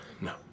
No